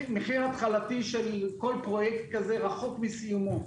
מחיר התחלתי של כל פרויקט כזה רחוק מסיומו.